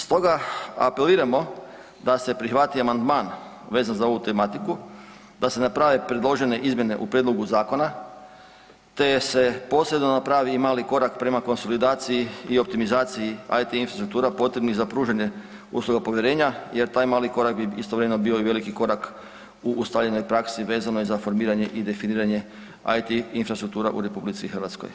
Stoga apeliramo da se prihvati amandman vezan za ovu tematiku, da se naprave predložene izmjene u prijedlogu zakona, te se posebno napravi i mali korak prema konsolidaciji i optimizaciji IT infrastruktura potrebnih za pružanje usluga povjerenja jer taj mali korak bi istovremeno bio i veliki korak u ustaljenoj praksi vezanoj za formiranje i definiranje IT infrastruktura u RH.